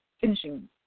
finishing